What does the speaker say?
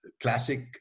classic